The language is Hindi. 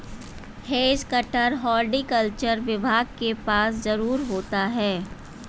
हैज कटर हॉर्टिकल्चर विभाग के पास जरूर होता है